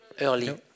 early